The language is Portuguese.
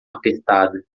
apertada